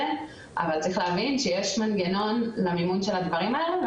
ואחר כך באמת בכיוון שאת דיברת עליו,